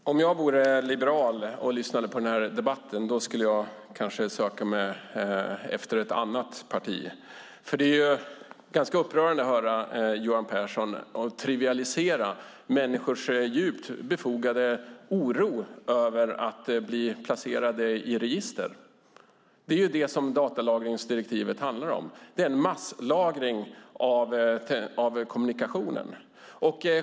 Herr talman! Om jag vore liberal och lyssnade på debatten skulle jag kanske söka mig ett annat parti. Det är ganska upprörande att höra Johan Pehrson trivialisera människors djupt befogade oro över att bli placerade i register. Det är vad datalagringsdirektivet handlar om. Det är en masslagring av kommunikationen.